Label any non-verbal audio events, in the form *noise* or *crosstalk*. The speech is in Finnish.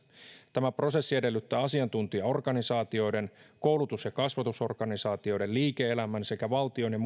tämä prosessi edellyttää asiantuntijaorganisaatioiden koulutus ja kasvatusorganisaatioiden liike elämän sekä valtion ja *unintelligible*